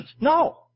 No